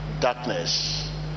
darkness